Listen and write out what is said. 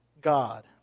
God